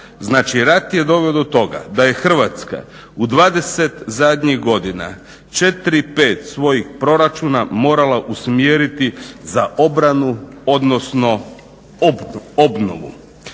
Znači rat je doveo do toga da je Hrvatska u zadnjih 20 godina 4, 5 svojih proračuna morala usmjeriti za obranu odnosno obnovu.